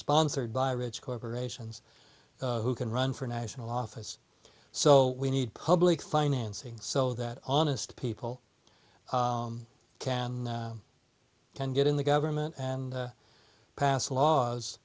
sponsored by rich corporations who can run for national office so we need public financing so that honest people can can get in the government and pass laws